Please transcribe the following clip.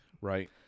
right